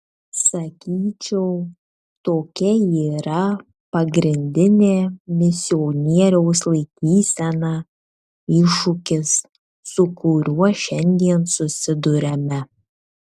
sakyčiau tokia yra pagrindinė misionieriaus laikysena iššūkis su kuriuo šiandien susiduriame